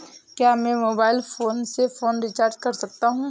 क्या मैं mobile phone से फोन रिचार्ज कर सकता हूं?